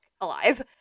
alive